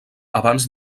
abans